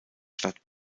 stadt